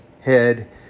head